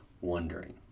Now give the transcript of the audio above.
wondering